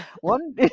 one